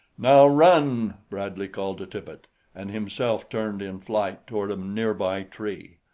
now run! bradley called to tippet and himself turned in flight toward a nearby tree.